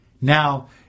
Now